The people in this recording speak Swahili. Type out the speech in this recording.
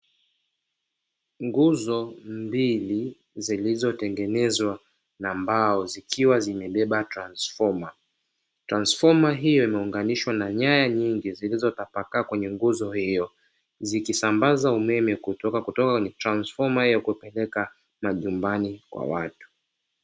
Nguzo mbili zilizotengenezwa na mbao zikiwa zimebeba transfoma. Transfoma hiyo imeunganishwa na nyaya nyingi zilizotapakaa kwenye nguzo hiyo zikisambaza umeme kutoka kwenye transfoma na kupeleka majumbani kwa watu.